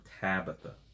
Tabitha